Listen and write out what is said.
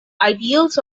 ideals